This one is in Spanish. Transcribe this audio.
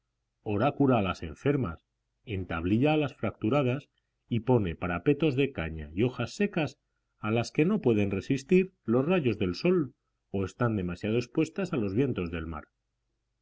cura a las enfermas entablilla a las fracturadas y pone parapetos de caña y hojas secas a las que no pueden resistir los rayos del sol o están demasiado expuestas a los vientos del mar